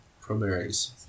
primaries